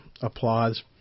applause